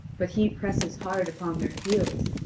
but he presses hard upon their heels,